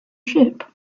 ship